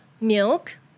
milk